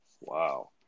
Wow